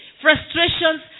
Frustrations